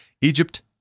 Egypt